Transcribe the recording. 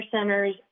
centers